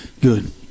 Good